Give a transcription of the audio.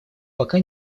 пока